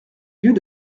lieux